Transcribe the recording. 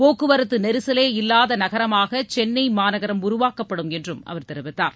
போக்குவரத்து நெரிசலே இல்லாத நகரமாக சென்னை மாநகரம் உருவாக்கப்படும் என்றும் அவர் தெரிவித்தார்